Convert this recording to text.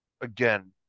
Again